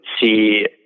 see